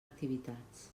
activitats